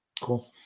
cool